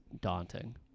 daunting